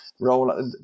roll